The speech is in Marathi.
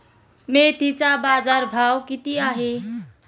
मेथीचा बाजारभाव किती आहे?